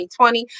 2020